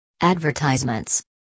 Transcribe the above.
Advertisements